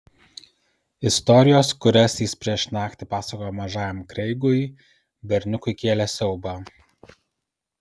istorijos kurias jis prieš naktį pasakojo mažajam kreigui berniukui kėlė siaubą